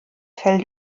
fell